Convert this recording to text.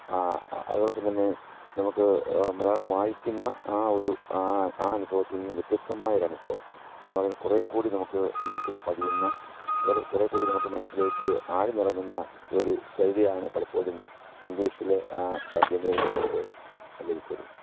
അതോടൊപ്പം തന്നെ നമുക്ക് മലയാളം വായിക്കുന്ന ആ ഒരു ആ അനുഭവത്തിൽ നിന്ന് വ്യത്യസ്തമായ ഒരനുഭവം അതുപോലെ തന്നെ കുറെ കൂടി നമുക്ക് മനസ്സിൽ പതിയുന്ന അതേപോലെ കുറെ കൂടി നമുക്ക് മനസിലേക്ക് ആഴ്ന്നിറങ്ങുന്ന ഒരു ശൈലിയാണ് പലപ്പോഴും ഇങ്ക്ളീഷിലെ ആ തർജ്ജിമയിൽ നമുക്ക് ലഭിച്ചത്